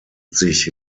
sich